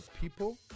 people